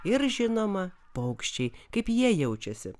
ir žinoma paukščiai kaip jie jaučiasi